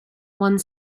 one